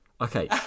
Okay